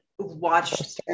watch